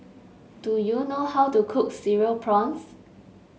do you know how to cook Cereal Prawns